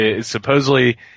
supposedly